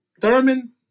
Thurman